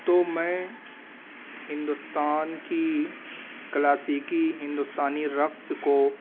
تو میں ہندوستان کی کلاسیکی ہندوستانی رقص کو